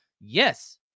yes